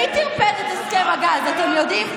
מי טרפד את הסכם הגז, אתם יודעים?